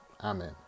Amen